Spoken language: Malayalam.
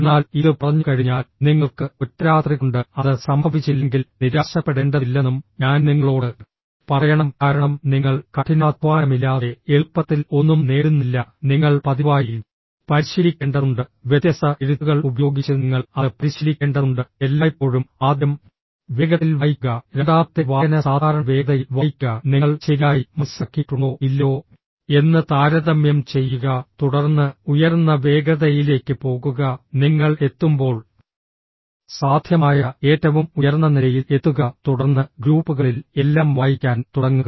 എന്നാൽ ഇത് പറഞ്ഞുകഴിഞ്ഞാൽ നിങ്ങൾക്ക് ഒറ്റരാത്രികൊണ്ട് അത് സംഭവിച്ചില്ലെങ്കിൽ നിരാശപ്പെടേണ്ടതില്ലെന്നും ഞാൻ നിങ്ങളോട് പറയണം കാരണം നിങ്ങൾ കഠിനാധ്വാനമില്ലാതെ എളുപ്പത്തിൽ ഒന്നും നേടുന്നില്ല നിങ്ങൾ പതിവായി പരിശീലിക്കേണ്ടതുണ്ട് വ്യത്യസ്ത എഴുത്തുകൾ ഉപയോഗിച്ച് നിങ്ങൾ അത് പരിശീലിക്കേണ്ടതുണ്ട് എല്ലായ്പ്പോഴും ആദ്യം വേഗത്തിൽ വായിക്കുക രണ്ടാമത്തെ വായന സാധാരണ വേഗതയിൽ വായിക്കുക നിങ്ങൾ ശരിയായി മനസ്സിലാക്കിയിട്ടുണ്ടോ ഇല്ലയോ എന്ന് താരതമ്യം ചെയ്യുക തുടർന്ന് ഉയർന്ന വേഗതയിലേക്ക് പോകുക നിങ്ങൾ എത്തുമ്പോൾ സാധ്യമായ ഏറ്റവും ഉയർന്ന നിലയിൽ എത്തുക തുടർന്ന് ഗ്രൂപ്പുകളിൽ എല്ലാം വായിക്കാൻ തുടങ്ങുക